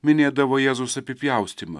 minėdavo jėzaus apipjaustymą